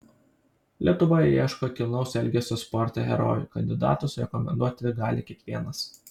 lietuva ieško kilnaus elgesio sporte herojų kandidatus rekomenduoti gali kiekvienas